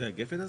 זה גפן?